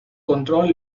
control